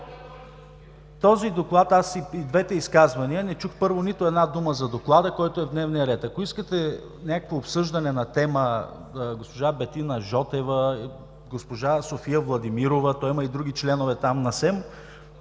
Този Доклад, аз и в двете изказвания не чух, първо, нито една дума за Доклада, който е в дневния ред, ако искате някакво обсъждане на тема: „госпожа Бетина Жотева, „госпожа София Владимирова, има и други членове на СЕМ,